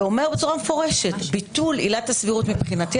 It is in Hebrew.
ואומר במפורש ביטול עילת הסבירות מבחינתי,